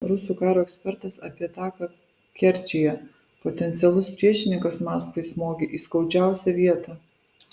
rusų karo ekspertas apie ataką kerčėje potencialus priešininkas maskvai smogė į skaudžiausią vietą